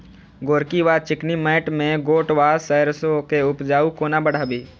गोरकी वा चिकनी मैंट मे गोट वा सैरसो केँ उपज कोना बढ़ाबी?